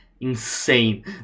insane